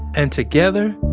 and together,